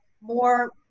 more